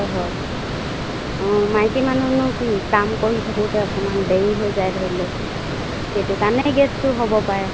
হয় হয় অঁ মাইকী মানুহনো কি কাম কৰি থাকোঁতে অকণমান দেৰি হৈ যায় ধৰি লওক সেইটো কাৰণে গেছটো হ'ব পাৰে